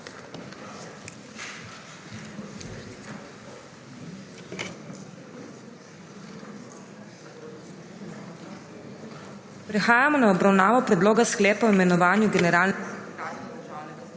Prehajamo na obravnavo Predloga sklepa o imenovanju generalne